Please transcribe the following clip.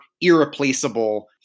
irreplaceable